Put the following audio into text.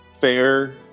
Fair